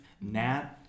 Nat